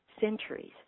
centuries